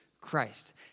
Christ